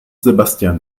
sebastian